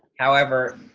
however,